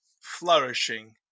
flourishing